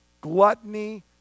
gluttony